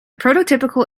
prototypical